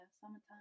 summertime